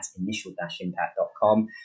initial-impact.com